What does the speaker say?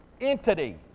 entity